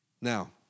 Now